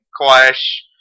clash